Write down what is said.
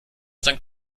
sankt